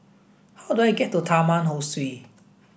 how do I get to Taman Ho Swee